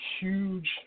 huge